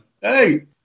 hey